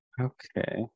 Okay